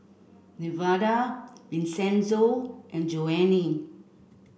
Nevada Vincenzo and Joanie